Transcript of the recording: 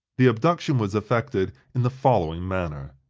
the abduction was effected in the following manner.